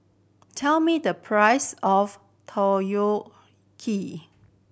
tell me the price of